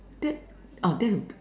that uh that